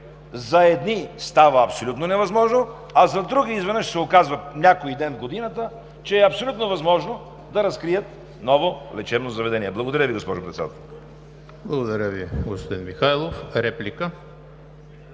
за едни става абсолютно невъзможно, а за други изведнъж се оказва някой ден в годината, че е абсолютно възможно да разкрият ново лечебно заведение. Благодаря Ви, господин Председател. ПРЕДСЕДАТЕЛ ЕМИЛ ХРИСТОВ: Благодаря Ви, господин Михайлов. Реплика?